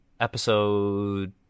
episode